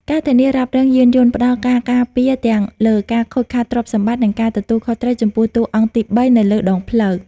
ការធានារ៉ាប់រងយានយន្ត ផ្ដល់ការការពារទាំងលើការខូចខាតទ្រព្យសម្បត្តិ និងការទទួលខុសត្រូវចំពោះតួអង្គទីបីនៅលើដងផ្លូវ។